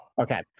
Okay